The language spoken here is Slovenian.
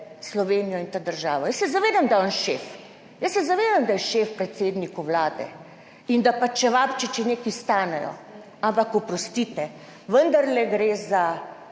zavedam, da je on šef, jaz se zavedam, da je šef predsedniku Vlade, in da pač čevapčiči nekaj stanejo, ampak oprostite, vendarle gre za